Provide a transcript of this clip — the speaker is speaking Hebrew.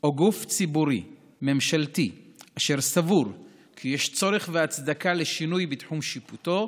או גוף ציבורי ממשלתי אשר סבור כי יש צורך והצדקה לשינוי בתחום שיפוטו,